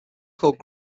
called